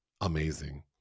Amazing